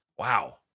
Wow